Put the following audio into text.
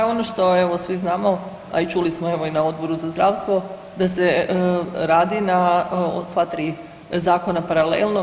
Pa ono što evo svi znamo, a i čuli smo evo i na Odboru za zdravstvo da se radi na sva zakona paralelno.